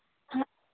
ਹਾਂ